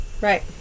Right